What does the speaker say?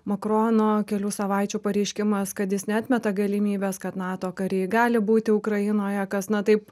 makrono kelių savaičių pareiškimas kad jis neatmeta galimybės kad nato kariai gali būti ukrainoje kas na taip